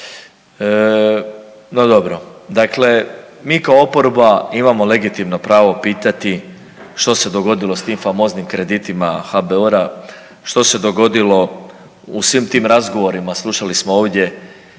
No dobro. Dakle, mi kao oporba imamo legitimno pravo pitati što se dogodilo s tim famoznim kreditima HBOR-a, što se dogodilo u svim tim razgovorima. Slušali smo ovdje